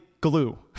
glue